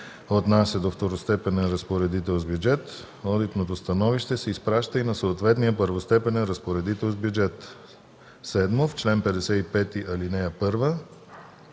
отнася до второстепенен разпоредител с бюджет, одитното становище се изпраща и на съответния първостепенен разпоредител с бюджет.” 7. В чл. 55, ал. 1,